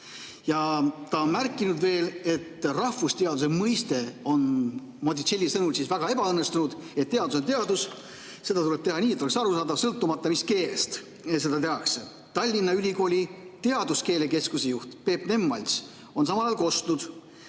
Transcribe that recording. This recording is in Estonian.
Ta on veel märkinud, et rahvusteaduse mõiste on tema sõnul väga ebaõnnestunud, sest teadus on teadus ja seda tuleb teha nii, et oleks arusaadav, sõltumata, mis keeles seda tehakse. Tallinna Ülikooli teaduskeelekeskuse juht Peep Nemvalts on samas kostnud,